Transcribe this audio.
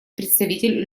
представитель